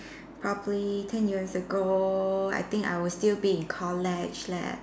probably ten years ago I think I will still be in college leh